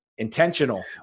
Intentional